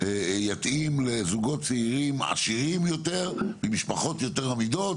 יתאים לזוגות צעירים עשירים יותר ממשפחות יותר אמידות